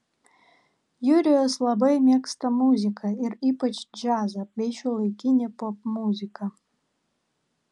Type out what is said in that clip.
jurijus labai mėgsta muziką ir ypač džiazą bei šiuolaikinę popmuziką